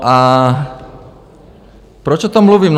A proč o tom mluvím?